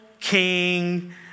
king